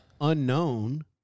unknown